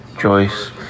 Joyce